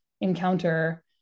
encounter